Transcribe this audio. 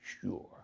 Sure